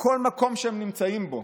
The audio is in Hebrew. בכל מקום שהם נמצאים בו,